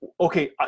okay